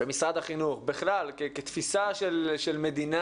במשרד החינוך, בכלל כתפיסה של מדינה,